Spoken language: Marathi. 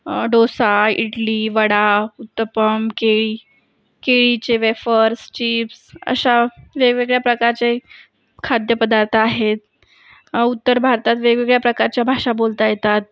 डोसा इडली वडा उत्तप्पम केळी केळीचे वेफर्स चिप्स अशा वेगवेगळ्या प्रकारचे खाद्यपदार्थ आहेत उत्तर भारतात वेगवेगळ्या प्रकारच्या भाषा बोलता येतात